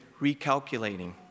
recalculating